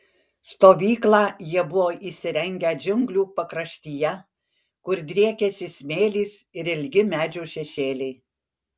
stovyklą jie buvo įsirengę džiunglių pakraštyje kur driekėsi smėlis ir ilgi medžių šešėliai